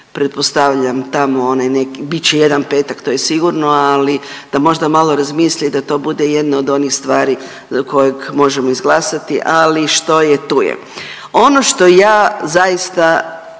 pretpostavljam tamo onaj neki, bit će jedan petak, to je sigurno, ali da možda malo razmisle i da to bude jedna od onih stvari kojeg možemo izglasati, ali što je, tu je. Ono što ja zaista